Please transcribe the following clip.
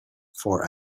for